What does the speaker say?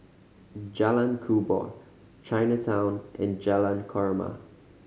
Jalan Kubor Chinatown and Jalan Korma